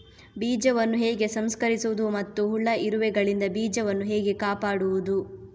ಬೀಜವನ್ನು ಹೇಗೆ ಸಂಸ್ಕರಿಸುವುದು ಮತ್ತು ಹುಳ, ಇರುವೆಗಳಿಂದ ಬೀಜವನ್ನು ಹೇಗೆ ಕಾಪಾಡುವುದು?